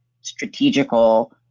strategical